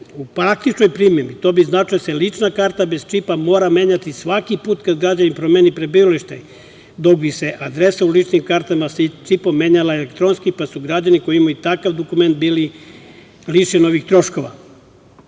praktičnoj primeni to bi značilo da se lična karta bez čipa mora menjati svaki put kada građanin promeni prebivalište, dok bi se adresa u ličnim kartama sa čipom menjala elektronski, pa su građani koji imaju takav dokument bili lišeni novih troškova.